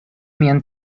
mian